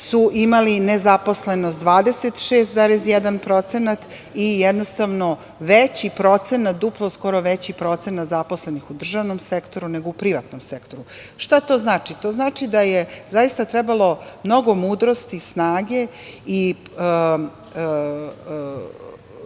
su imali nezaposlenost 26,1% i jednostavno skoro duplo veći procenat zaposlenih u državnom sektoru, nego u privatnom sektoru. Šta to znači? To znači da je zaista trebalo mnogo mudrosti, snage i